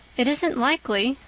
it isn't likely,